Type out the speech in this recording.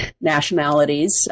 nationalities